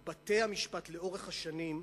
או בתי-המשפט לאורך השנים,